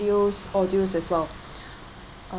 videos audios as well